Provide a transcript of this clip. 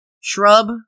shrub